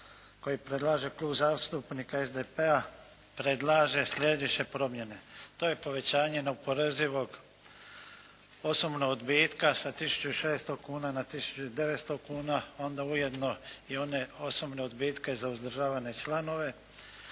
koji predlaže Klub zastupnika SDP-a predlaže sljedeće promjene. To je povećanje neoporezivog osobnog odbitka sa 1.600,00 kuna na 1.900,00 kuna i onda ujedno i one osobne odbitke za uzdržavane članove.